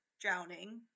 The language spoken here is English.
drowning